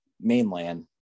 mainland